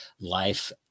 life